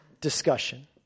discussion